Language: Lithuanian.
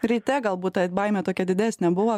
ryte galbūt ta baimė tokia didesnė buvo kai buvo